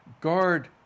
guard